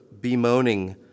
bemoaning